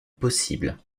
possible